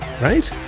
right